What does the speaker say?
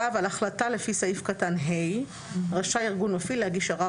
"(ו) על החלטה לפי סעיף קטן (ד) רשאי ארגון מפעיל להגיש ערר